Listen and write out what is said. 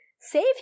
save